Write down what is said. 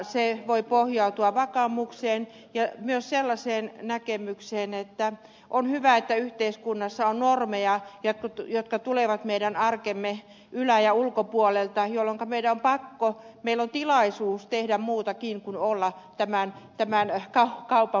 se voi pohjautua vakaumukseen ja myös sellaiseen näkemykseen että on hyvä että yhteiskunnassa on normeja jotka tulevat meidän arkemme ylä ja ulkopuolelta jolloin meillä on tilaisuus tehdä muutakin kuin olla tämän kaupan prosessin osasina